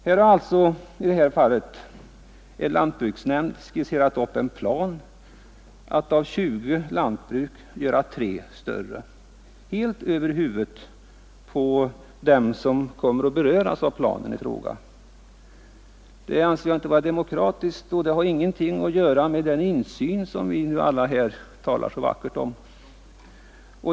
Här har lantbruksnämnden skisserat upp en plan, som innebär att av 20 lantbruk skall göras tre större jordbruk, och det har skett helt över huvudet på dem som kommer att beröras av planen i fråga. Det anser jag inte vara demokratiskt, och det står inte heller i överensstämmelse med den insyn som vi alla talar så vackert om.